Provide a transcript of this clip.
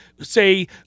say